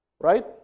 right